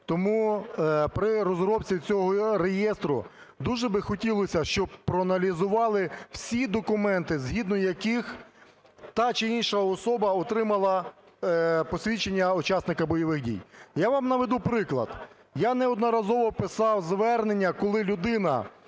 Тому при розробці цього реєстру дуже би хотілося, щоб проаналізували всі документи, згідно яких та чи інша особа отримала посвідчення учасника бойових дій. Я вам наведу приклад. Я неодноразово писав звернення, коли людина,